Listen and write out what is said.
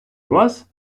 вас